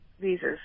visas